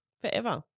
forever